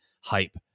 hype